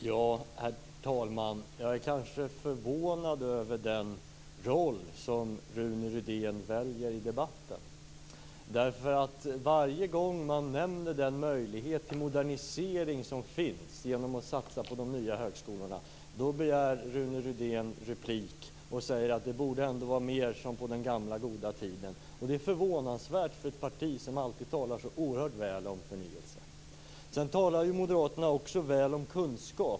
Herr talman! Jag är kanske förvånad över den roll som Rune Rydén väljer i debatten. Varje gång man nämner den möjlighet till modernisering som finns genom satsningar på de nya högskolorna begär Rune Rydén replik. Han säger att det mera borde vara som på den gamla goda tiden. Det är förvånande med tanke på att det rör sig om ett parti som alltid talar så oerhört väl om förnyelse. Moderaterna talar också väl om kunskap.